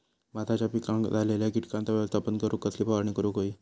भाताच्या पिकांक झालेल्या किटकांचा व्यवस्थापन करूक कसली फवारणी करूक होई?